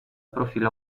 profilo